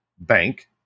bank